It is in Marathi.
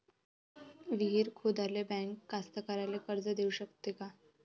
विहीर खोदाले बँक कास्तकाराइले कर्ज देऊ शकते का?